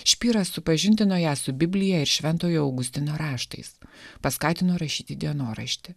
špyras supažindino ją su biblija ir šventojo augustino raštais paskatino rašyti dienoraštį